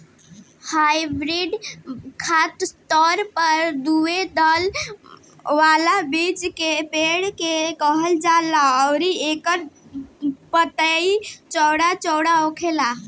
hardwood खासतौर पर दुगो दल वाला बीया के पेड़ के कहल जाला अउरी एकर पतई चौड़ा चौड़ा होला